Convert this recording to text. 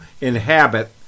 inhabit